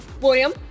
William